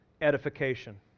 edification